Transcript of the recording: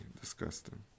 disgusting